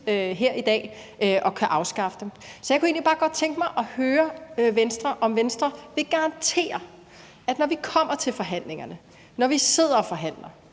her i dag og kan afskaffe det. Jeg kunne egentlig bare godt tænke mig at høre, om Venstre vil garantere, at når vi kommer til forhandlingerne, når vi sidder og forhandler,